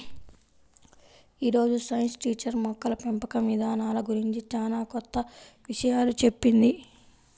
యీ రోజు science teacher మొక్కల పెంపకం ఇదానాల గురించి చానా కొత్త విషయాలు చెప్పింది